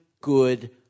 good